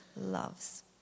loves